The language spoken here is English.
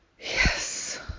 Yes